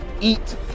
eat